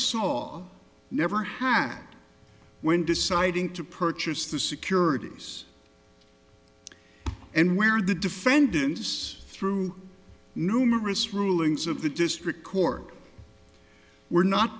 saw never hand when deciding to purchase the securities and where the defendants through numerous rulings of the district court were not